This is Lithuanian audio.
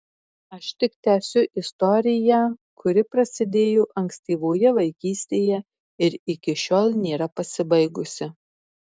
aš tik tęsiu istoriją kuri prasidėjo ankstyvoje vaikystėje ir iki šiol nėra pasibaigusi